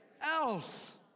else